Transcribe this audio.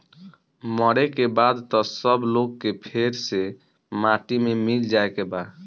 मरे के बाद त सब लोग के फेर से माटी मे मिल जाए के बा